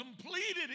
completed